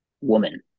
woman